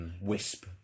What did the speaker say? wisp